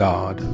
God